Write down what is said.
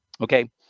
Okay